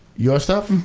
your stuff?